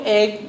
egg